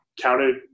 counted